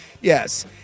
Yes